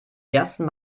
ersten